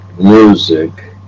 music